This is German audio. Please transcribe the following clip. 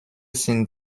sind